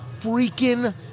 freaking